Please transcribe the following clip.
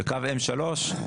קו M3,